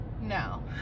No